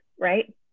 right